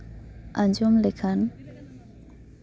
ᱟᱸᱡᱚᱢ ᱞᱮᱠᱷᱟᱱ